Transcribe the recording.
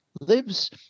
lives